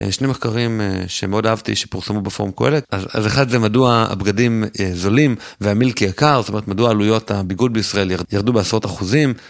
שני מחקרים שמאוד אהבתי שפורסמו בפורום קוהלת, אז אחד זה מדוע הבגדים זולים והמילקי יקר, זאת אומרת מדוע עלויות הביגוד בישראל ירדו בעשרות אחוזים.